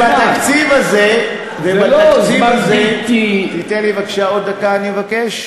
זה לא זמן בלתי, תן לי בבקשה עוד דקה, אני אבקש.